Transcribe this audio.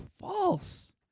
False